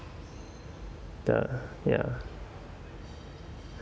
the ya